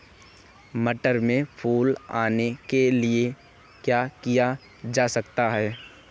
मटर में फूल आने के लिए क्या किया जा सकता है?